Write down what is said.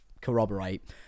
corroborate